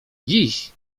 dziś